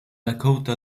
lakota